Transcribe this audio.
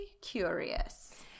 curious